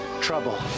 trouble